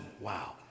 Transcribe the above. wow